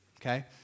Okay